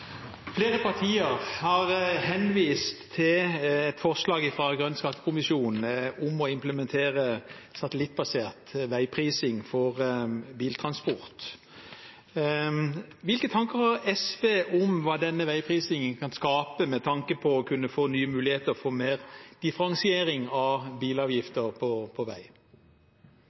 Flere partier har henvist til forslaget fra Grønn skattekommisjon om å implementere satellittbasert veiprising for biltransport. Hvilke tanker har SV om hva denne veiprisingen kan skape med tanke på nye muligheter for mer differensiering av bilavgifter på vei?